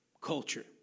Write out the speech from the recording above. Culture